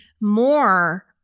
more